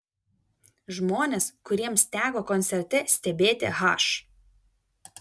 žmonės kuriems teko koncerte stebėti h